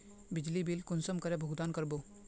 बिजली बिल कुंसम करे भुगतान कर बो?